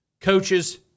coaches